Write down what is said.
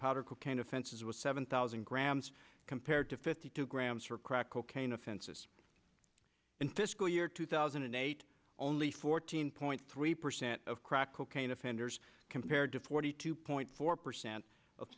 powder cocaine offenses was seven thousand grams compared to fifty two grams for crack cocaine offenses in fiscal year two thousand and eight only fourteen point three percent of crack cocaine offenders compared to forty two point four percent of